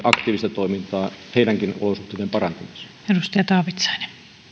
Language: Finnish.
aktiivista toimintaa heidänkin olosuhteidensa parantamiseksi